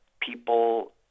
people